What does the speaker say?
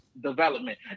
development